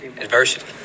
adversity